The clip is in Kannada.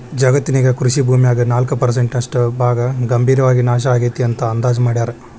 ಜಗತ್ತಿನ್ಯಾಗ ಕೃಷಿ ಭೂಮ್ಯಾಗ ನಾಲ್ಕ್ ಪರ್ಸೆಂಟ್ ನಷ್ಟ ಭಾಗ ಗಂಭೇರವಾಗಿ ನಾಶ ಆಗೇತಿ ಅಂತ ಅಂದಾಜ್ ಮಾಡ್ಯಾರ